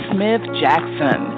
Smith-Jackson